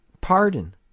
pardon